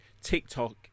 TikTok